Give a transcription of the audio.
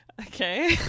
Okay